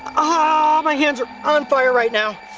um my hands are on fire right now.